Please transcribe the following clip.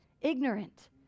Ignorant